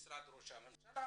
משרד ראש הממשלה.